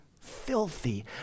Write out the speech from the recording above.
filthy